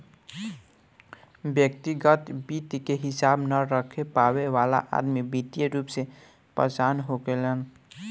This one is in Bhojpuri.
व्यग्तिगत वित्त के हिसाब न रख पावे वाला अदमी वित्तीय रूप से परेसान होखेलेन